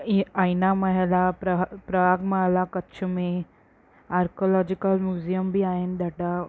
ईअं आईना महल आहे प्रह प्रहावमाल आहे कच्छ में आरकोलोजिकल म्यूज़ियम बि आहिनि ॾाढा